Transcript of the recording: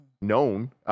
known